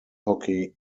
hockey